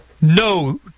No